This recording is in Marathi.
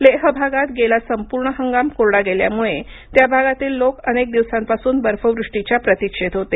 लेह भागात गेला संपूर्ण हंगाम कोरडा गेल्यामुळे त्या भागातील लोक अनेक दिवसांपासून बर्फवृष्टीच्या प्रतीक्षेत होते